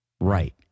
right